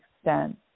extent